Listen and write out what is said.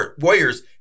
warriors